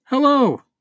Hello